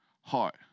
heart